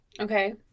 Okay